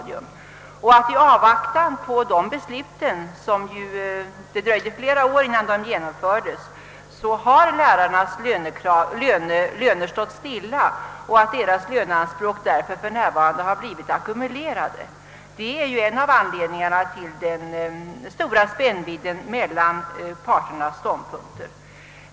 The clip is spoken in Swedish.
I avvaktan på de besluten — det dröjde flera år innan dessa reformer genomfördes — har lärarnas löner stått stilla. Deras löneanspråk har därför kumulerats. Det är en av anledningarna till den stora spännvidden mellan parternas ståndpunkter.